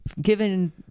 given